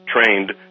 trained